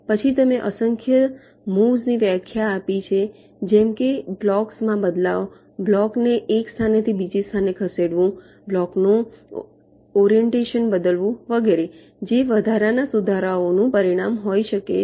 પછી તમે અસંખ્ય ચાલ ની વ્યાખ્યા આપી છે જેમ કે બ્લોક્સ માં બદલાવ બ્લોક ને એક સ્થાનથી બીજી સ્થાને ખસેડવું બ્લોક નું લક્ષીકરણ બદલવું વગેરે જે વધારાના સુધારાઓનું પરિણામ હોઈ શકે છે